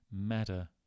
matter